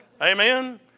Amen